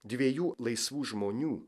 dviejų laisvų žmonių